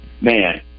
man